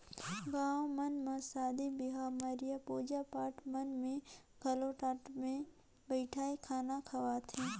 गाँव मन म सादी बिहाव, मरिया, पूजा पाठ मन में घलो टाट मे बइठाके खाना खवाथे